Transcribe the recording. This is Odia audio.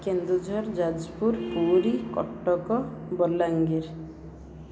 କେନ୍ଦୁଝର ଯାଜପୁର ପୁରୀ କଟକ ବଲାଙ୍ଗୀର